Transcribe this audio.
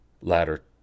Ladder